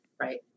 right